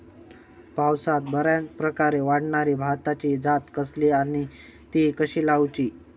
पावसात बऱ्याप्रकारे वाढणारी भाताची जात कसली आणि ती कशी लाऊची?